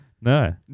No